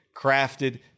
Crafted